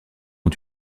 ont